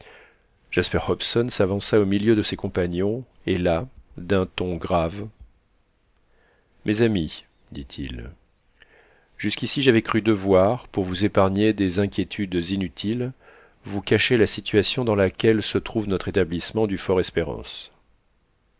jasper hobson s'avança au milieu de ses compagnons et là d'un ton grave mes amis dit-il jusqu'ici j'avais cru devoir pour vous épargner des inquiétudes inutiles vous cacher la situation dans laquelle se trouve notre établissement du